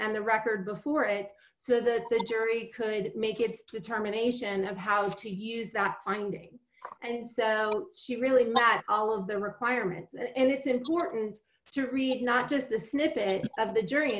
and the record before it so that the jury could make its terminations and how to use that finding and so she really matt all of the requirements and it's important to read not just the snippet of the jury